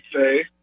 say